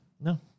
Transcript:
No